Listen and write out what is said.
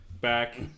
Back